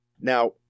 now